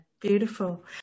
beautiful